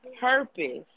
purpose